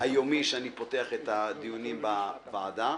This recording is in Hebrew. פותח את הדיונים בוועדה.